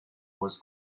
was